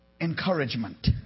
encouragement